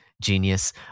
genius